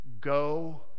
go